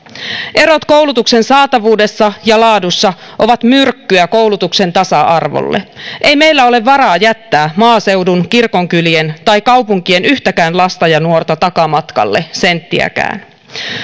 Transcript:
erot koulutuksen saatavuudessa ja laadussa ovat myrkkyä koulutuksen tasa arvolle ei meillä ole varaa jättää maaseudun kirkonkylien tai kaupunkien yhtäkään lasta ja nuorta takamatkalle senttiäkään